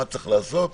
מה צריך לעשות,